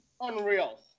Unreal